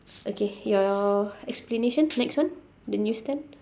okay your explanation next one the news stand